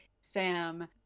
Sam